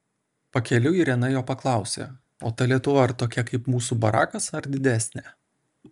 pakeliui irena jo paklausė o ta lietuva ar tokia kaip mūsų barakas ar didesnė